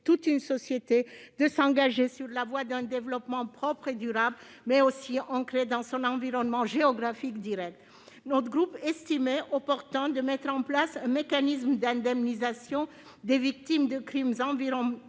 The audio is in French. toute une société de s'engager sur la voie d'un développement propre et durable ancré dans son environnement géographique direct. Notre groupe estimait opportun de mettre en place un mécanisme d'indemnisation des victimes de crimes environnementaux,